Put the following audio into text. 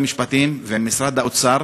אליו עם משרד המשפטים ועם משרד האוצר,